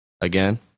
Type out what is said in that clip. again